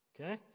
Okay